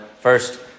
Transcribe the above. First